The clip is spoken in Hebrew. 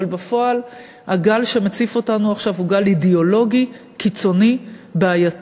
אבל בפועל הגל שמציף אותנו עכשיו הוא גל אידיאולוגי קיצוני בעייתי,